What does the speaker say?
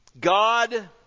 God